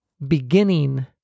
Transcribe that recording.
Beginning